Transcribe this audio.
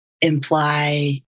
imply